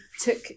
took